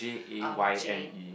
um Jane